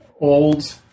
old